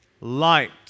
Light